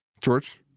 George